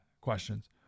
questions